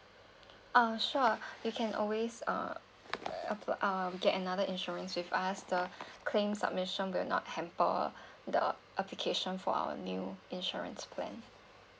uh sure you can always uh app~ um get another insurance with us the claim submission will not hamper the application for our new insurance plans